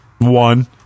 One